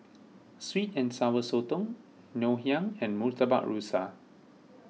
Sweet and Sour Sotong Ngoh Hiang and Murtabak Rusa